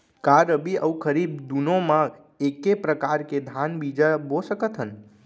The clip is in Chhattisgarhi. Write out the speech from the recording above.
का रबि अऊ खरीफ दूनो मा एक्के प्रकार के धान बीजा बो सकत हन?